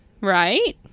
Right